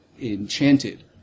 enchanted